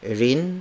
rin